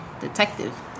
detective